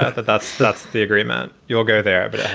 ah that's that's the agreement you'll get there. but